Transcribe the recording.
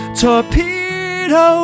torpedo